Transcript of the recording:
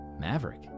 Maverick